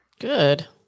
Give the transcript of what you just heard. Good